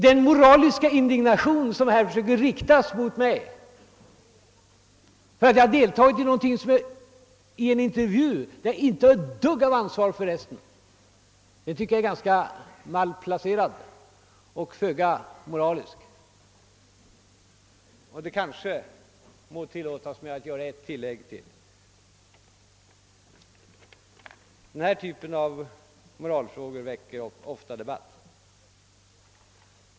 Den moraliska indignation, som man riktar mot mig, som har deltagit i en intervju men inte har ett dugg ansvar för resten, tycker jag är ganska malplacerad och föga moralisk. Det må kanske tillåtas mig att göra ett tillägg. Den här typen av moralfrågor väcker ofta debatt.